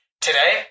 today